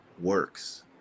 works